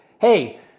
Hey